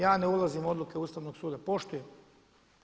Ja ne ulazim u odluke Ustavnog suda, poštujem ih.